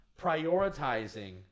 prioritizing